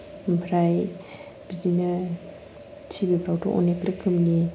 ओमफ्राय बिदिनो T V फ्रावथ' अनेक रोखोमनि